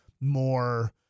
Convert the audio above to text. more